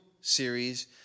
series